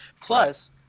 Plus